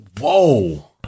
whoa